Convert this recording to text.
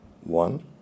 One